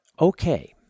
Okay